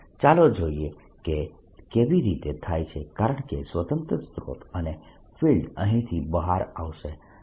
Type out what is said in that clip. ચાલો જોઈએ કે તે કેવી રીતે થાય છે કારણકે સ્વતંત્ર સ્રોત અને ફિલ્ડસ અહીંથી બહાર આવશે અને